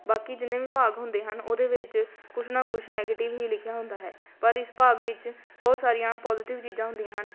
ਬਾਕੀ ਜਿੰਨੇ ਵੀ ਭਾਗ ਹੁੰਦੇ ਹਨ ਉਹਦੇ ਵਿੱਚ ਕੁਛ ਨਾ ਕੁਛ ਨੈਗੇਟਿਵ ਹੀ ਲਿਖਿਆ ਹੁੰਦਾ ਹੈ ਪਰ ਇਸ ਭਾਗ ਵਿੱਚ ਬਹੁਤ ਸਾਰੀਆਂ ਪੋਜੀਟਿਵ ਚੀਜ਼ਾਂ ਹੁੰਦੀਆਂ ਹਨ